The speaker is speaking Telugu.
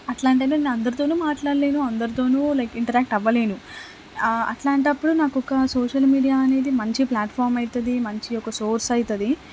అట్లాంటి టైంలో నేను అందరితోనూ మాట్లాడలేను అందరితోనూ లైక్ ఇంటర్యాక్ట్ అవ్వలేను అట్లాంటపపుడు నాకొక సోషల్ మీడియా అనేది మంచి ప్లాట్ఫామ్ అవుతుంది మంచి ఒక సోర్స్ అవుతుంది